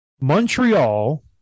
Montreal